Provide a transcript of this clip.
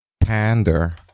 pander